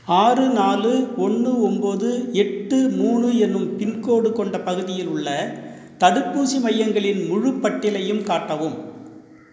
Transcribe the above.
ஆறு நாலு ஒன்று ஒம்போது எட்டு மூணு எனும் பின்கோடு கொண்ட பகுதியில் உள்ள தடுப்பூசி மையங்களின் முழு பட்டியலையும் காட்டவும்